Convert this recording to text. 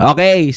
Okay